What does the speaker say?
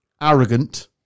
arrogant